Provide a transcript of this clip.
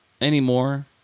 anymore